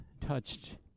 touched